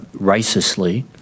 racistly